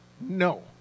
no